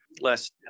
less